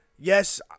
Yes